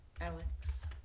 Alex